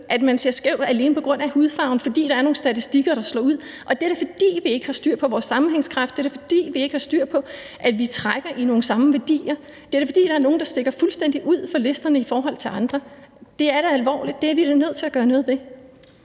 at man ser skævt til ham alene på grund af hudfarven, og fordi der er nogle statistikker, der slår ud. Det er da, fordi vi ikke har styr på vores sammenhængskraft, det er da, fordi vi ikke har styr på, at vi trækker på de samme værdier, og det er da, fordi der er nogle, der stikker fuldstændig ud på listerne i forhold til andre. Det er da alvorligt, og det er vi da nødt til at gøre noget ved.